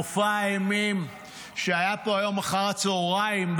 מופע האימים שהיה פה היום אחר הצוהריים,